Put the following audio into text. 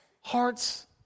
hearts